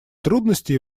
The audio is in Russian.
трудности